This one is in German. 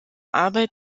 arbeit